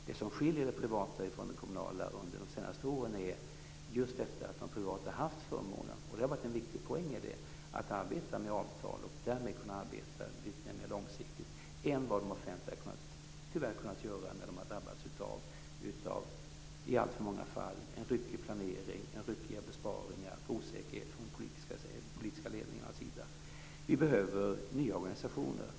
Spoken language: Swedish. Det som skilt det privata från det kommunala under de senaste åren är just att de privata haft förmånen, och det har varit en viktig poäng, att arbeta med avtal och därmed kunna arbeta lite mer långsiktigt än det offentliga, tyvärr, har kunnat göra som i alltför många fall har drabbats av en ryckig planering, ryckiga besparingar och en osäkerhet från de politiska ledningarnas sida. Vi behöver nya organisationer.